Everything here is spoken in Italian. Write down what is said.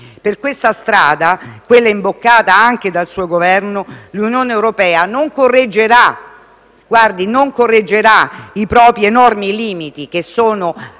Per questa strada, imboccata anche dal suo Governo, l'Unione europea non correggerà i propri enormi limiti, che sono